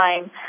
time